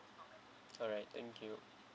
alright thank you